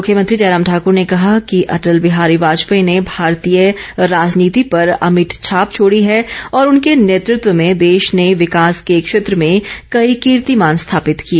मुख्यमंत्री जयराम ठाकर ने कहा है कि अटल बिहारी वाजपेयी ने भारतीय राजनीति पर अमिट छाप छोड़ी है और उनके नेतृत्व में देश ने विकास के क्षेत्र में कई कीर्तिमान स्थापित किए